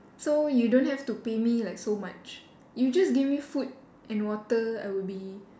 so you don't have to pay me like so much you just give me food and water I would be